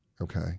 Okay